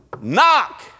Knock